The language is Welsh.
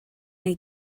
wnei